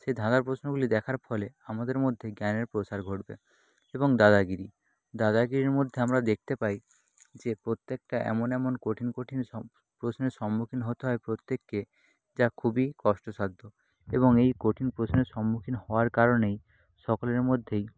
সেই ধাঁধার প্রশ্নগুলি দেখার ফলে আমাদের মধ্যে জ্ঞানের প্রসার ঘটবে এবং দাদাগিরি দাদাগিরির মধ্যে আমরা দেখতে পাই যে প্রত্যেকটা এমন এমন কঠিন কঠিন সব প্রশ্নের সম্মুখীন হতে হয় প্রত্যেককে যা খুবই কষ্টসাধ্য এবং এই কঠিন প্রশ্নের সম্মুখীন হওয়ার কারণেই সকলের মধ্যেই